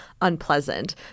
unpleasant